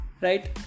right